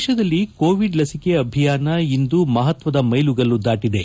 ದೇಶದಲ್ಲಿ ಕೋವಿಡ್ ಲಸಿಕೆ ಅಭಿಯಾನ ಇಂದು ಮಹತ್ವದ ಮೈಲುಗಲ್ಲು ದಾಟದೆ